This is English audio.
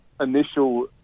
initial